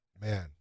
man